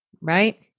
right